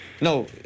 No